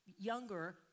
younger